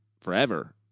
forever